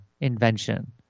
invention